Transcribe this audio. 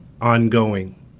Ongoing